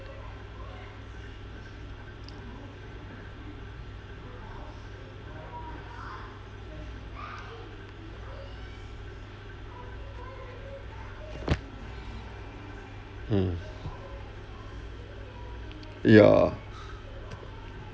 mm ya